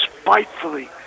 spitefully